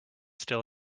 still